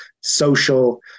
social